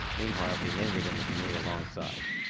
meanwhile he lingered in the canoe alongside.